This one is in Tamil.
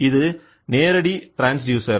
இது நேரடி ட்ரான்ஸ்டியூசர்